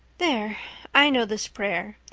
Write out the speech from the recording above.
there i know this prayer.